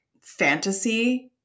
fantasy